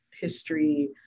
history